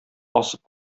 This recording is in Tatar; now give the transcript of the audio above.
асып